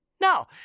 No